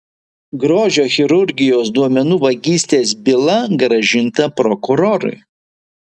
grožio chirurgijos duomenų vagystės byla grąžinta prokurorui